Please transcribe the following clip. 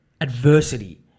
adversity